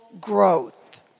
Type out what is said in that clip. growth